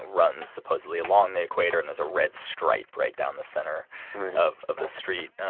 runs supposedly along the equator. and there's a red stripe right down the center of of the street.